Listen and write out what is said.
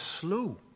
slow